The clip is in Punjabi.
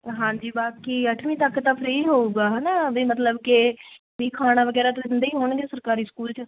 ਹਾਂਜੀ ਬਾਕੀ ਅੱਠਵੀਂ ਤੱਕ ਤਾਂ ਫ਼੍ਰੀ ਹੋਵੇਗਾ ਹੈ ਨਾ ਬਈ ਮਤਲਬ ਕਿ ਵੀ ਖਾਣਾ ਵਗੈਰਾ ਤਾਂ ਦਿੰਦੇ ਹੀ ਹੋਣਗੇ ਸਰਕਾਰੀ ਸਕੂਲ 'ਚ